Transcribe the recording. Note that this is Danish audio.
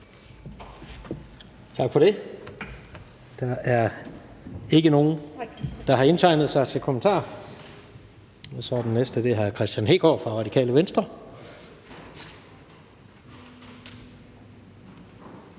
Tak for det. Der er ikke nogen, der har indtegnet sig til kommentarer. Så er den næste hr. Kristian Hegaard fra Radikale Venstre.